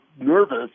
nervous